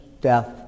death